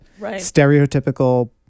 stereotypical